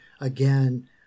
again